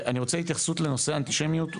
אני רוצה התייחסות לנושא האנטישמיות.